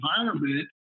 environment